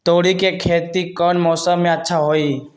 तोड़ी के खेती कौन मौसम में अच्छा होई?